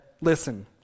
listen